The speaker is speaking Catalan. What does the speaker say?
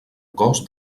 cos